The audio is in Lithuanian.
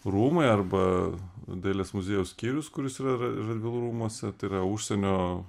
rūmai arba dailės muziejaus skyrius kuris yra ra radvilų rūmuose tai yra užsienio